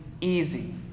easy